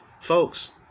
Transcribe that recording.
Folks